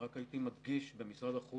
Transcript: רק הייתי מדגיש במשרד החוץ,